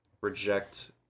Reject